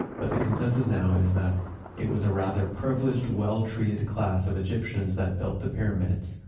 but the consensus now is that it was a rather privileged, well-treated class of egyptians that built the pyramids.